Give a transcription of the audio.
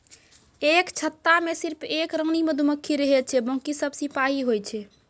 एक छत्ता मॅ सिर्फ एक रानी मधुमक्खी रहै छै बाकी सब सिपाही होय छै